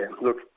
look